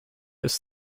ist